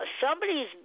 somebody's